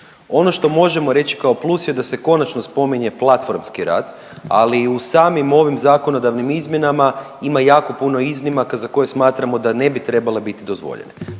Ono što možemo reći kao plus je da se konačno spominje platformski rad, ali i u samim ovim zakonodavnim izmjenama ima jako puno iznimaka za koje smatramo da ne bi trebale biti dozvoljene.